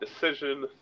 decision